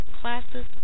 classes